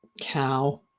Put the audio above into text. cow